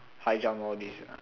high jump all these ah